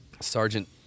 sergeant